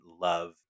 love